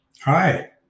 Hi